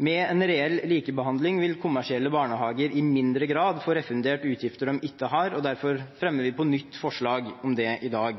Med en reell likebehandling vil kommersielle barnehager i mindre grad få refundert utgifter de ikke har, og derfor fremmer vi på nytt forslag om det i dag.